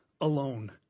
alone